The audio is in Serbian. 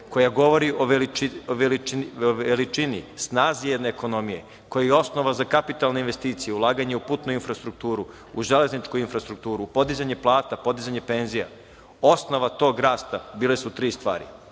koja govori o veličini, snazi jedne ekonomije, koji je osnova za kapitalne investicije, ulaganje u putnu infrastrukturu, u železničku infrastrukturu, podizanje plata, podizanje penzija. Osnova tog rasta bile su tri stvari.